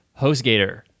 HostGator